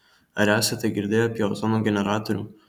ar esate girdėję apie ozono generatorių